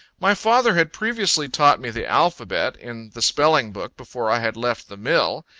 my father had previously taught me the alphabet, in the spelling book, before i had left the mill.